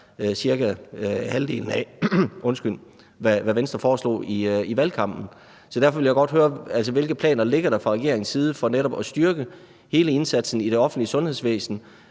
cirka halvdelen af, hvad Venstre foreslog i valgkampen. Så derfor vil jeg godt høre: Hvilke planer ligger der fra regeringens side for netop at styrke hele indsatsen i det offentlige sundhedsvæsen